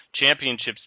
championships